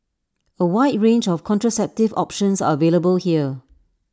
A wide range of contraceptive options are available here